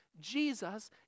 Jesus